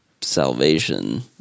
Salvation